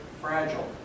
fragile